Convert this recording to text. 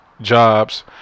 jobs